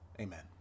Amen